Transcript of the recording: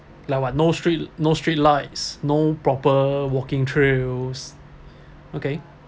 like what no street no street lights no proper walking trails okay